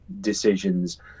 decisions